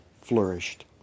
flourished